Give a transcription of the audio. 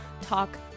talk